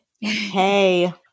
Hey